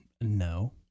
No